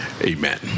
amen